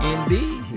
Indeed